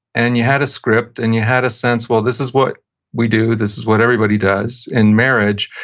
and you had a script, and you had a sense, well, this is what we do, this is what everybody does in marriage,